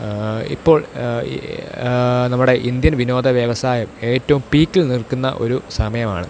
ഇപ്പോൾ ഈ നമ്മുടെ ഇന്ത്യൻ വിനോദ വ്യവസായം ഏറ്റവും പീക്കിൽ നിൽക്കുന്ന ഒരു സമയമാണ്